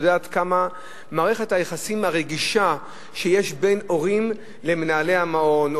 ויודעת כמה רגישה מערכת היחסים בין ההורים למנהלי המעון,